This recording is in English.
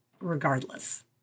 regardless